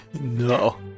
no